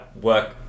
work